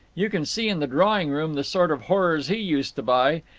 you can see in the drawing-room the sort of horrors he used to buy.